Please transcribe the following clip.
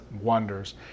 wonders